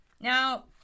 Now